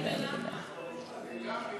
התשע"ו 2016,